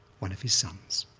one of his sons.